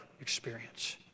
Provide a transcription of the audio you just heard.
experience